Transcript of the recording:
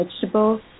Vegetables